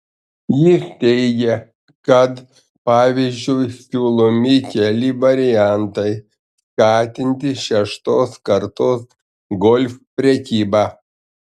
jis teigia kad pavyzdžiui siūlomi keli variantai skatinti šeštos kartos golf prekybą